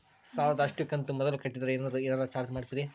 ಸಾಲದ ಅಷ್ಟು ಕಂತು ಮೊದಲ ಕಟ್ಟಿದ್ರ ಏನಾದರೂ ಏನರ ಚಾರ್ಜ್ ಮಾಡುತ್ತೇರಿ?